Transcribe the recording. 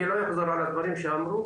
אני לא אחזור על הדברים שנאמרו,